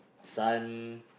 son